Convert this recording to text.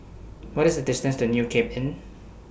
What IS The distance to New Cape Inn